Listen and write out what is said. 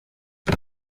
uyu